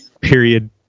period